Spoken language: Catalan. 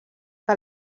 que